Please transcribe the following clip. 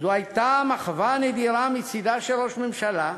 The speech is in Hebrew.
"זאת הייתה מחווה נדירה מצדה של ראש ממשלה,